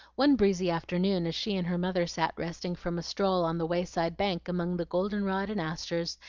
one breezy afternoon as she and her mother sat resting from a stroll on the way-side bank among the golden-rod and asters,